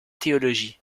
théologie